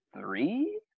three